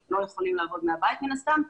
הם לא יכולים לעבוד מהבית מן הסתם,